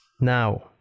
Now